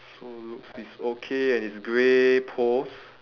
so looks it's okay and it's grey poles